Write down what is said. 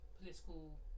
political